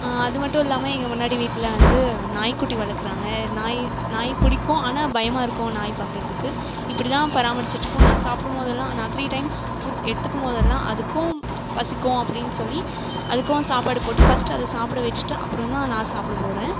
அதுமட்டும் இல்லாமல் எங்கள் முன்னாடி வீட்டில் வந்து நாய்க்குட்டி வளர்க்குறாங்க நாய் நாய் பிடிக்கும் ஆனால் பயமாக இருக்கும் நாய் பார்க்குறதுக்கு இப்படிதான் பராமரிச்சுட்டு இருக்கோம் நான் சாப்பிடும் போதெலாம் நான் த்ரீ டைம்ஸ் ஃபுட் எடுத்துக்கும் போதெல்லாம் அதுக்கும் பசிக்கும் அப்படின்னு சொல்லி அதுக்கும் சாப்பாடு போட்டு ஃபஸ்ட் அதை சாப்பிட வச்சுட்டு அப்புறந்தான் நான் சாப்பிட போகிறேன்